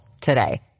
today